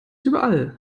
überall